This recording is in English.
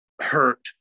hurt